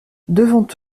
devant